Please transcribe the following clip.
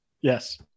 Yes